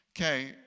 okay